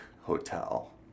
hotel